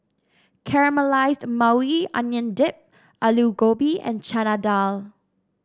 Caramelized Maui Onion Dip Alu Gobi and Chana Dal